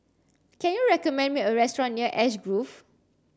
can you recommend me a restaurant near Ash Grove